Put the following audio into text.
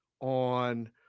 on